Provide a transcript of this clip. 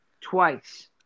Twice